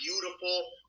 beautiful